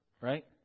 right